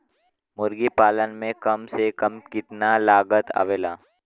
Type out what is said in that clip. मुर्गी पालन में कम से कम कितना लागत आवेला?